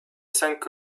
cinq